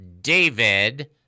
david